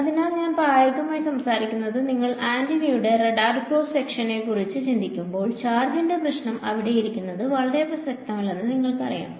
അതിനാൽ ഞങ്ങൾ പ്രായോഗികമായി സംസാരിക്കുന്നത് നിങ്ങൾ ആന്റിനകളുടെ റഡാർ ക്രോസ് സെക്ഷനെക്കുറിച്ച് ചിന്തിക്കുമ്പോൾ ചാർജിന്റെ പ്രശ്നം അവിടെ ഇരിക്കുന്നത് വളരെ പ്രസക്തമല്ലെന്ന് നിങ്ങൾക്കറിയാം